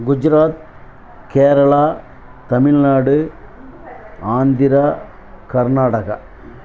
Gujarat Kerala Tamil Nadu Andhra Karnataka